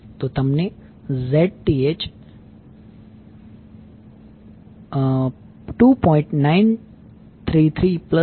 તો તમને Zth 2